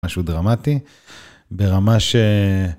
משהו דרמטי, ברמה ש...